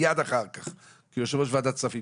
מייד אחר כך כיושב-ראש ועדת כספים,